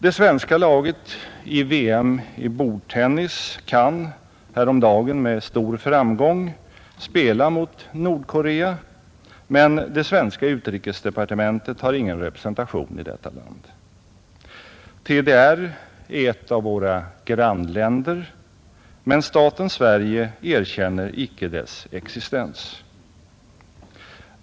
Det svenska laget i VM i bordtennis kan, häromdagen med stor framgång, spela mot Nordkorea, men det svenska utrikesdepartementet har ingen representation i detta land. TDR är ett av våra grannländer, men staten Sverige erkänner icke dess existens.